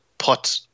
put